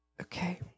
Okay